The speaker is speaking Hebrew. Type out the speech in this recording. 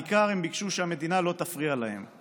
בעיקר הם ביקשו שהמדינה לא תפריע להם.